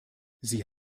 sie